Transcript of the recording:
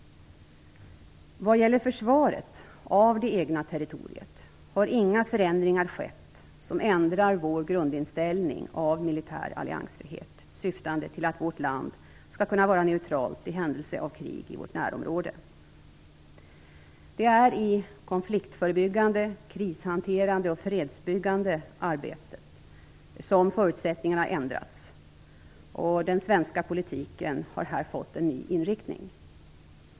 Vad gäller försvaret av det egna territoriet har inga förändringar skett som ändrar vår grundinställning om militär alliansfrihet, syftande till att vårt land skall kunna vara neutralt i händelse av krig i vårt närområde. Det är i det konfliktförebyggande, krishanterande och fredsbyggande arbetet som förutsättningarna har ändrats, och den svenska politiken har här fått en ny inriktning.